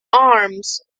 arms